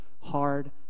hard